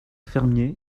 fermier